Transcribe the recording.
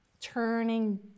Turning